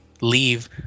leave